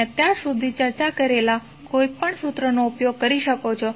આપણે અત્યાર સુધી ચર્ચા કરેલા કોઈપણ સૂત્રનો ઉપયોગ કરી શકો છો